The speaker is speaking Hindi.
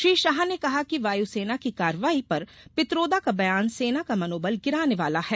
श्री शाह ने कहा कि वायु सेना की कार्रवाई पर पित्रोदा का बयान सेना का मनोबल गिराने वाला है